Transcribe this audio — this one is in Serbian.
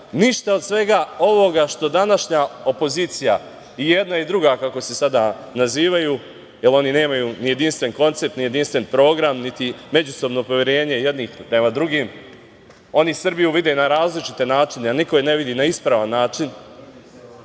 ništa od svega ovoga što današnja opozicija i jedna i druga, kako se sada nazivaju, jer oni nemaju ni jedinstven koncept, ni jedinstven program, niti međusobno poverenje jednih prema drugim, oni Srbiju vide na različite načine, niko je ne vidi na ispravan način,